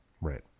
Right